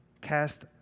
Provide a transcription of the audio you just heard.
cast